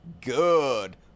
Good